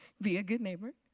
be a good neighbor.